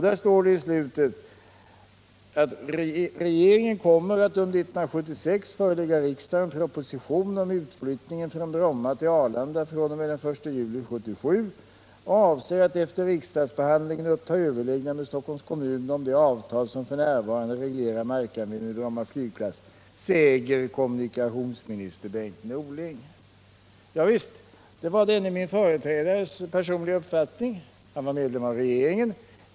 Där står det att regeringen under 1976 kommer att förelägga riksdagen proposition om utflyttning från Bromma till Arlanda fr.o.m. den 1 juli 1977 och att den avser att efter riksdagsbehandling uppta överläggningar med Stockholms kommun om det avtal som f. n. reglerar markärendena vid Bromma flygplats. Detta säger kommunikationsministern Bengt Norling. Ja visst, det var denne min företrädares personliga uppfattning. Han var medlem av regeringen.